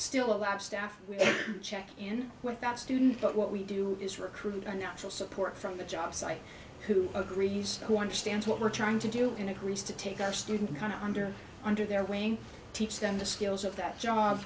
still a lab staff check in with that student but what we do is recruit the natural support from the jobsite who agrees who understands what we're trying to do and agrees to take our student kind of under under their wing teach them the skills of that job